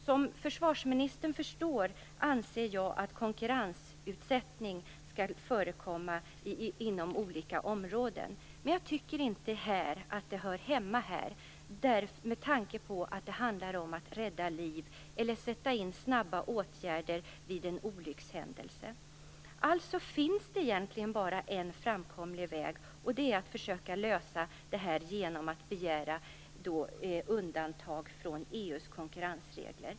Som försvarsministern förstår anser jag att konkurrensutsättning skall förekomma inom olika områden, men jag tycker inte att det hör hemma här med tanke på att det handlar om att rädda liv eller att sätta in snabba åtgärder vid en olyckshändelse. Det finns egentligen bara en framkomlig väg, och det är att försöka lösa detta genom att begära undantag från EU:s konkurrensregler.